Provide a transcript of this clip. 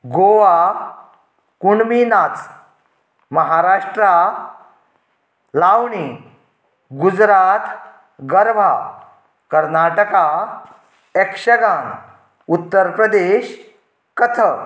गोवा कुणबी नाच महाराष्ट्रा लावणी गुजरात गरबा कर्नाटका यक्षेगान उत्तर प्रदेश कथक